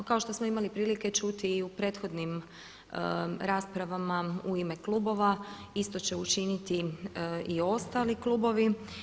Kao što smo imali prilike čuti i u prethodnim raspravama u ime klubova isto će učiniti i ostali klubovi.